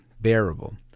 bearable